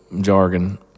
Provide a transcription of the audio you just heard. jargon